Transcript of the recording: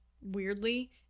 weirdly